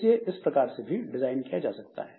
इसे इस प्रकार से भी डिजाइन किया जा सकता है